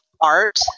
art